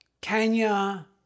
Kenya